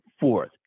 Fourth